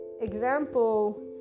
example